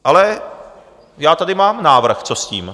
Ale já tady mám návrh, co s tím.